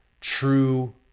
true